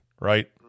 right